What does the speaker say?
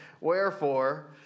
wherefore